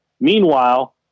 Meanwhile